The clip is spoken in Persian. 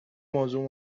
موضوع